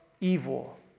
evil